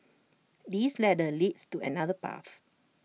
this ladder leads to another path